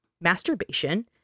Masturbation